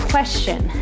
Question